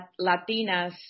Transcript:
Latinas –